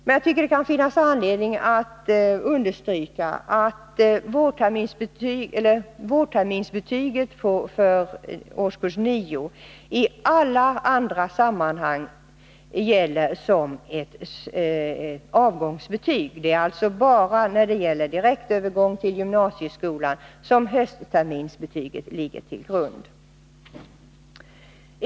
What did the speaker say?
Men det kan finnas anledning att understryka att vårterminsbetyget för årskurs 9 i alla andra sammanhang gäller som ett avgångsbetyg. Det är alltså bara för den direkta övergången till gymnasieskolan som höstterminsbetyget ligger till grund.